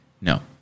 No